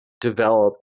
develop